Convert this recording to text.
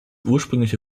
ursprüngliche